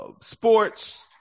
sports